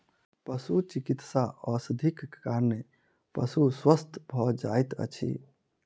पशुचिकित्सा औषधिक कारणेँ पशु स्वस्थ भ जाइत अछि